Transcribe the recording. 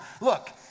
Look